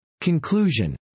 Conclusion